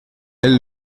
elle